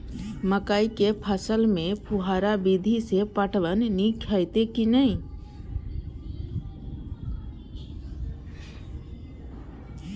मकई के फसल में फुहारा विधि स पटवन नीक हेतै की नै?